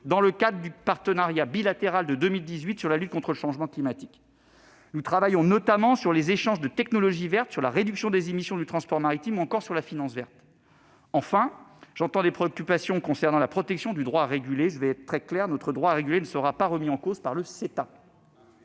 dans le cadre du partenariat bilatéral de 2018 sur la lutte contre le changement climatique. Nous travaillons notamment sur les échanges de technologies vertes, sur la réduction des émissions du transport maritime ou encore sur la finance verte. J'entends des préoccupations concernant la protection du droit à réguler. Je vais être très clair : notre droit à réguler ne sera pas remis en cause par le CETA.